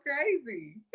crazy